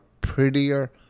prettier